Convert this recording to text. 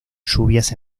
lluvias